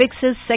fixes